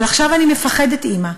אבל עכשיו אני מפחדת, אימא.